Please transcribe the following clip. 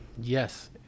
Yes